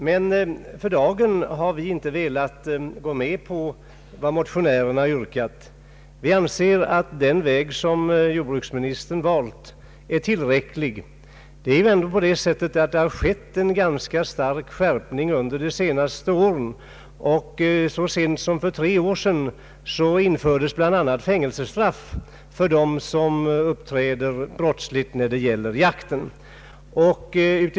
Men för dagen har utskottet inte ve lat gå med på vad motionärerna yrkat. Vi anser att den väg som jordbruksministern har valt är lämplig. Det har ändå skett en ganska kraftig skärpning under de senaste åren. Så sent som för tre år sedan infördes bl.a. fängelsestraff för dem som uppträder brottsligt vid jakt.